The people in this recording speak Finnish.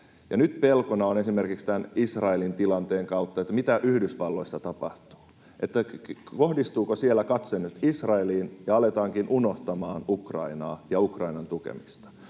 Nyt pelkona on esimerkiksi tämän Israelin tilanteen kautta se, mitä Yhdysvalloissa tapahtuu: kohdistuuko siellä katse nyt Israeliin ja aletaankin unohtamaan Ukrainaa ja Ukrainan tukemista?